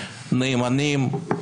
נאמנים,